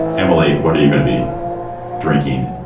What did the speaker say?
emily, what are you gonna be drinking?